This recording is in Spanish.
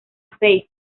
face